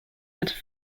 but